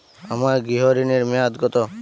আমার গৃহ ঋণের মেয়াদ কত?